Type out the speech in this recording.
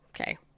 Okay